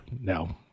No